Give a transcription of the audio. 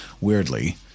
weirdly